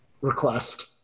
request